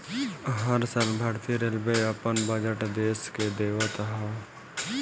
हर साल भारतीय रेलवे अपन बजट देस के देवत हअ